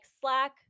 Slack